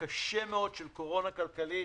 קשה מאוד של קורונה כלכלית